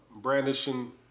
Brandishing